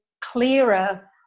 clearer